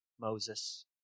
Moses